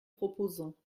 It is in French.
proposons